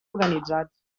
organitzats